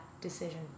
decision